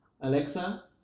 Alexa